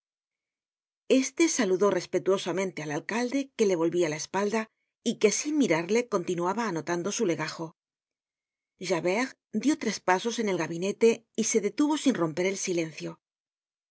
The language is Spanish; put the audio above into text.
este saludó respetuosamente al alcalde que le volvia la espalda y que sin mirarle continuaba anotando su legajo javert dió tres pasos en el gabinete y se detuvo sin romper el silencio